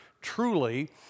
truly